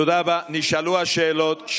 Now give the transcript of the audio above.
תודה רבה, נשאלו השאלות.